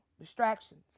distractions